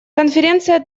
конференция